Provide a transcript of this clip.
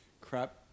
crap